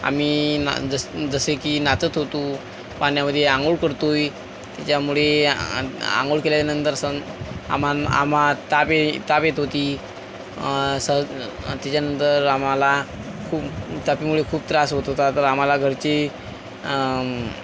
आम्ही ना जसे की नाचत होतो पाण्यामध्ये आंघोळ करतो आहे त्याच्यामुळे आ आंघोळ केल्यानंतरसन आमान् आम्हा ताप ये ताप येत होती स त्याच्यानंतर आम्हाला खूप तापामुळे खूप त्रास होत होता तर आम्हाला घरचे